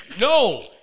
No